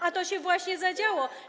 A to się właśnie zadziało.